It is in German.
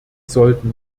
sollten